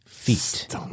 Feet